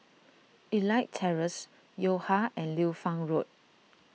Elite Terrace Yo Ha and Liu Fang Road